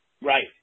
Right